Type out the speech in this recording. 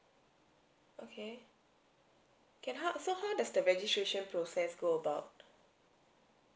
okay can how so how does the registration process go about